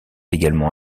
également